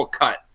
cut